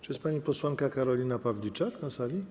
Czy jest pani posłanka Karolina Pawliczak na sali?